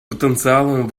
потенциалом